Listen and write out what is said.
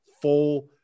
full